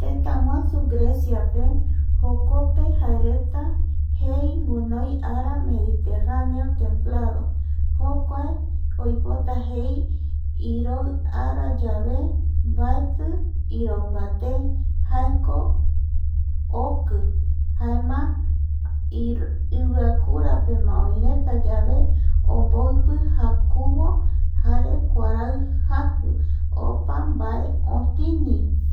Tëtäguasu Greciape jokope jaereta jei guinoi ara mediterraneo templado jokuae oipota jei iroi arayave maeti iroi mbaté jaeko oki jaema iviakuarapema oïretayave omboipi jakuvo opa mbae otini